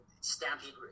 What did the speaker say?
Stampede